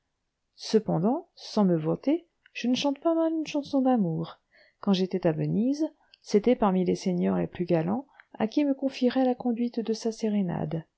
cependant sans me vanter je ne chante pas mal une chanson d'amour quand j'étais à venise c'était parmi les seigneurs les plus galants à qui me confierait la conduite de sa sérénade